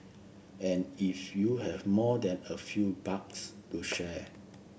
and if you have more than a few bucks to share